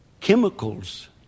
chemicals